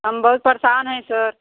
हम बहुत परेशान हैं सर